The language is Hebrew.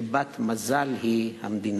שבת מזל היא המדינה".